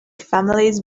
families